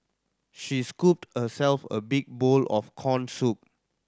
she scooped herself a big bowl of corn soup